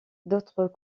d’autres